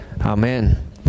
Amen